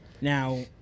now